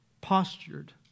postured